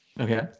okay